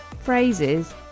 phrases